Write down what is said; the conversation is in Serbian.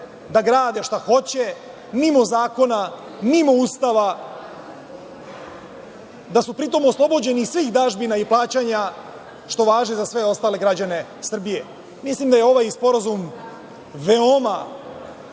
da grade šta hoće mimo zakona, mimo Ustava, a da su pri tom oslobođeni svih dažbina i plaćanja, što važi za sve građane Srbije. Mislim da je ovaj sporazum veoma